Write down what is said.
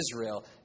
Israel